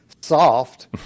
soft